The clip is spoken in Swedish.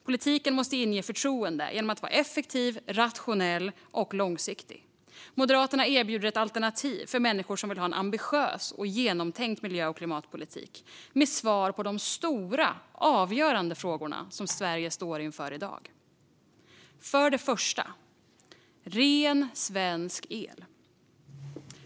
Politiken måste inge förtroende genom att vara effektiv, rationell och långsiktig. Moderaterna erbjuder ett alternativ för människor som vill ha en ambitiös och genomtänkt miljö och klimatpolitik med svar på de stora avgörande frågorna som Sverige står inför. För det första behöver vi ren svensk el.